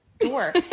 door